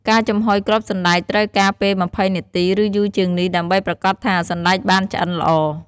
ការចំហុយគ្រាប់សណ្ដែកត្រូវការពេល២០នាទី ឬយូរជាងនេះ ដើម្បីប្រាកដថា សណ្ដែកបានឆ្អិនល្អ។